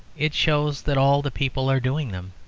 it shows that all the people are doing them.